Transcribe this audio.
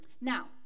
Now